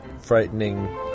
frightening